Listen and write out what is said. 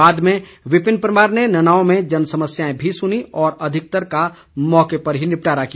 बाद में विपिन परमार ने ननाओं में जनसमस्याएं भी सुनीं और अधिकतर का मौके पर ही निपटारा किया